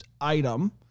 item